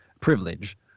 privilege